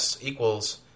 equals